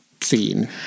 scene